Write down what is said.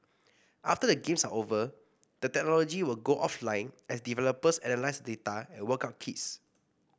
after the games are over the technology will go offline as developers analyse the data and work out kinks